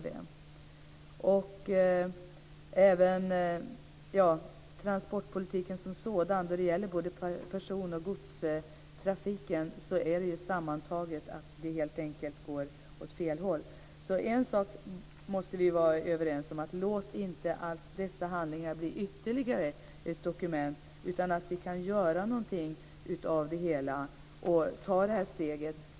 Sammanfattningsvis går transportpolitiken, både vad gäller person och godstrafik, helt enkelt åt fel håll. Vi måste vara överens om att vi inte ska låta dessa handlingar bara bli ytterligare dokument till de övriga. Låt oss ta steget att göra någonting av detta.